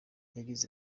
yagize